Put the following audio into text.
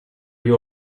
you